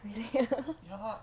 really ah